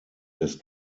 des